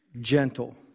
gentle